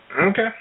Okay